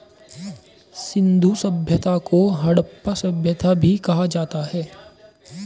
सिंधु सभ्यता को हड़प्पा सभ्यता भी कहा जाता है